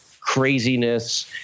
craziness